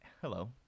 hello